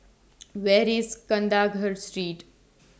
Where IS Kandahar Street